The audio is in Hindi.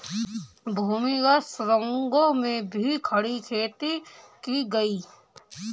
भूमिगत सुरंगों में भी खड़ी खेती की गई